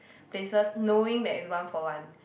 places knowing that is one for one